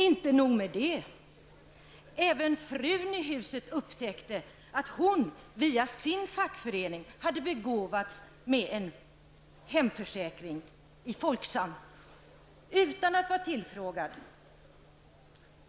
Inte nog med det, även frun i huset upptäckte att hon via sin fackförening hade begåvats med en hemförsäkring i Folksam, utan att ha blivit tillfrågad.